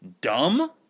dumb